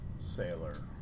sailor